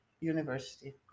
university